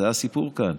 זה הסיפור כאן.